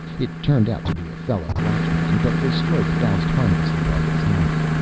it turned out to be a fellow watchman, but the stroke bounced harmlessly off his helmet.